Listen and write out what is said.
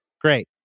Great